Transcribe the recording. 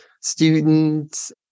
students